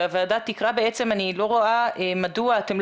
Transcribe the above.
קשה לי